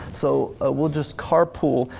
so ah we'll just carpool.